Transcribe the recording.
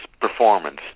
performance